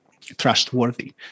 trustworthy